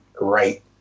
right